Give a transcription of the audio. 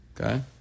okay